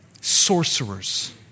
sorcerers